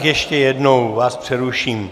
Ještě jednou vás přeruším.